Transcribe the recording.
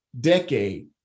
decade